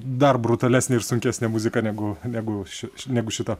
dar brutalesnę ir sunkesnę muziką negu negu ši negu šita